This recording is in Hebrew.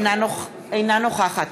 אינה נוכחת